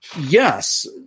yes